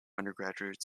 undergraduates